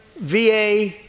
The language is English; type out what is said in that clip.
VA